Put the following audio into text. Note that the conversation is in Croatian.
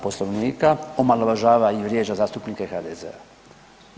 Poslovnika omalovažava i vrijeđa zastupnike HDZ-a.